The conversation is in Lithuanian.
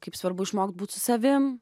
kaip svarbu išmokt būt su savimi